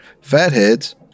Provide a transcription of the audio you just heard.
Fatheads